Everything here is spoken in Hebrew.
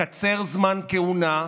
לקצר זמן כהונה,